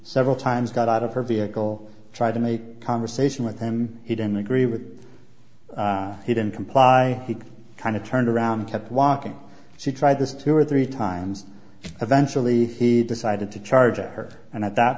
several times got out of her vehicle tried to make conversation with him he didn't agree with he didn't comply he kind of turned around kept walking she tried this two or three times and eventually he decided to charge her and at that